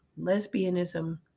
lesbianism